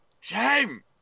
shame